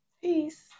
Peace